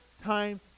time